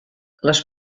les